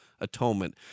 atonement